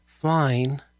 flying